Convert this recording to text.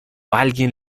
alguien